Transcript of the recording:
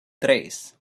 tres